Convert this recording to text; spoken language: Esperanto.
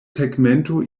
tegmento